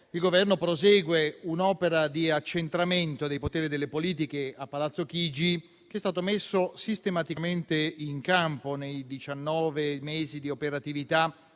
il Governo prosegue un'opera di accentramento dei poteri delle politiche a Palazzo Chigi che è stata messa sistematicamente in campo nei diciannove mesi di operatività